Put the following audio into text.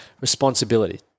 responsibility